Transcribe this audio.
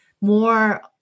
more